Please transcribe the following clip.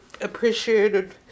appreciated